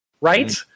Right